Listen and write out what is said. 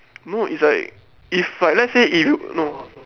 no is like if let's say if you no